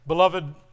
Beloved